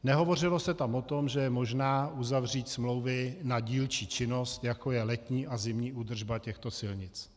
Nehovořilo se tam o tom, že je možné uzavřít smlouvy na dílčí činnost, jako je letní a zimní údržba těchto silnic.